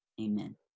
amen